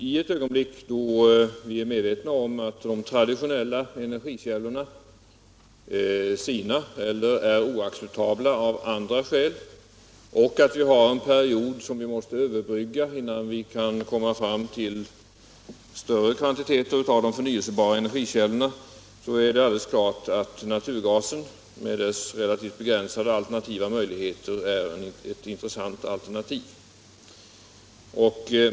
I ett ögonblick då vi är medvetna om att de traditionella energikällorna sinar eller är oacceptabla av andra skäl och då vi står inför en period som vi måste överbrygga innan vi kan komma fram till större kvantiteter av förnyelsebara energikällor är det emellertid alldeles klart att naturgas är ett intressant alternativ.